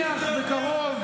שעשיתם בבנייני האומה ביחד?